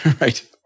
right